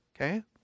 okay